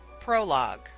Prologue